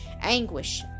anguish